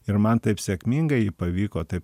ir man taip sėkmingai jį pavyko taip